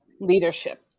leadership